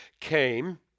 came